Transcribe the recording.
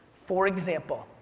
for example,